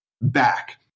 back